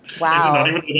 Wow